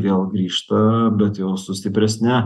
vėl grįžta bent jau su stipresne